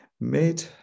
made